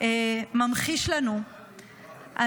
ממחיש לנו את